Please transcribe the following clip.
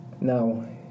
Now